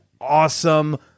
awesome